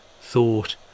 thought